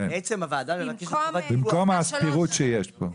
כן, במקום הפירוט שיש פה.